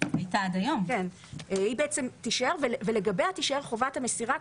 לגביה תישאר חובת המסירה,